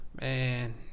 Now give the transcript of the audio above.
Man